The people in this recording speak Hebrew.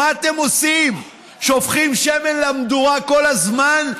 מה אתם עושים, שופכים שמן למדורה כל הזמן?